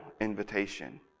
invitation